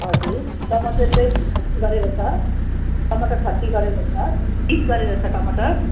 हजुर टमाटर चाहिँ थर्टी गरेर छ टमाटर थर्टी गरेर छ तिस गरेर छ टमाटर